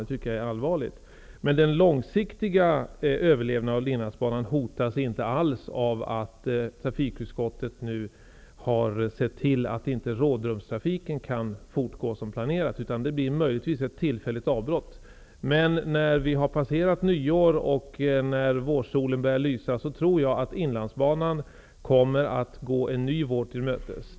Det är allvarigt. Men den långsiktiga överlevnaden av Inlandsbanan hotas inte alls av att trafikutskottet nu har sett till att rådrumstrafiken inte kan fortgå som planerat. Det kan möjligtvis bli ett tillfälligt avbrott. Men när vi passerat nyåret och när vårsolen börjar lysa, tror jag att Inlandsbanan kommer att gå en ny vår till mötes.